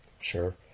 sure